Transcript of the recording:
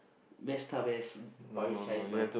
messed up ass Parish's mind